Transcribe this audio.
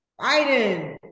Biden